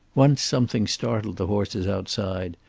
once something startled the horses outside,